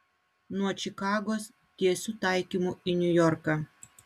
nuo čikagos tiesiu taikymu į niujorką